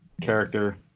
character